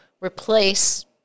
replace